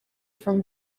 from